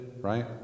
right